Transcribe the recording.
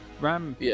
RAM